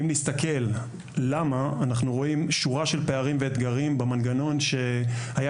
אם נסתכל למה אנחנו רואים שורה של פערים ואתגרים במנגנון שהיה